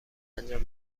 انجام